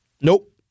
Nope